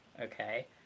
okay